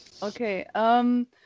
Okay